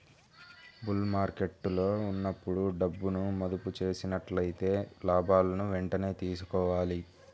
bull మార్కెట్టులో ఉన్నప్పుడు డబ్బును మదుపు చేసినట్లయితే లాభాలను వెంటనే తీసుకోవాలి